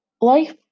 Life